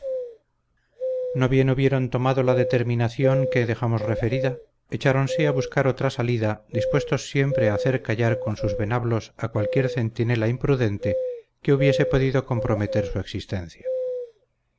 no bien hubieron tomado la determinación que dejamos referida echáronse a buscar otra salida dispuestos siempre a hacer callar con sus venablos a cualquier centinela imprudente que hubiese podido comprometer su existencia